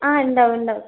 ആ ഉണ്ടാവും ഉണ്ടാവും